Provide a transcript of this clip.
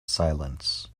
silence